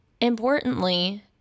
importantly